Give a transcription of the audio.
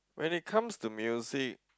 when it comes to music